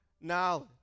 knowledge